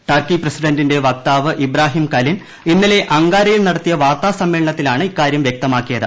ട്ടർക്ക് പ്രസിഡന്റിന്റെ വക്താവ് Ibrahim Kalin ഇന്നലെ അങ്കാരയിൽ നടത്തിയ വാർത്താസമ്മേളനത്തിലാണ് ഇക്കാരൃം വൃക്തമാക്കിയത്